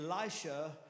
Elisha